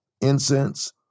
incense